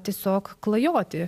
tiesiog klajoti